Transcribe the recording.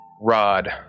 rod